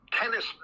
tennis